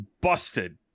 busted